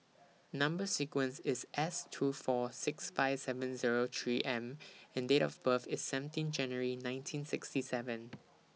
Number sequence IS S two four six five seven Zero three M and Date of birth IS seventeen January nineteen sixty seven